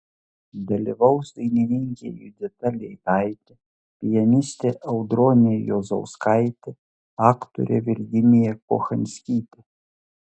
dalyvaus dainininkė judita leitaitė pianistė audronė juozauskaitė aktorė virginija kochanskytė